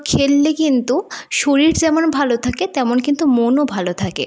খেললে কিন্তু শরীর যেমন ভালো থাকে তেমন কিন্তু মনও ভালো থাকে